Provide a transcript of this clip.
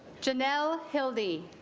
janiero hill the